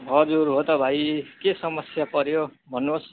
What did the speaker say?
हजुर हो त भाइ के समस्या पऱ्यो भन्नुहोस्